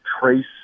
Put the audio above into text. trace